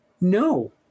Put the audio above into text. No